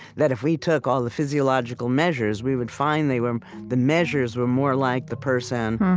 that if we took all the physiological measures, we would find they were the measures were more like the person,